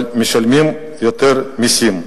הם משלמים יותר מסים.